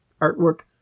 artwork